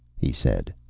he said.